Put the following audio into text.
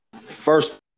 First